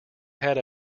had